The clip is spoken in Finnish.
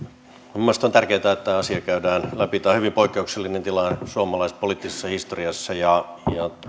minun mielestäni on tärkeää että tämä asia käydään läpi tämä on hyvin poikkeuksellinen tilanne suomalaisessa poliittisessa historiassa ja